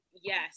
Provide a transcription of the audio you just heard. yes